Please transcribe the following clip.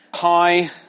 Hi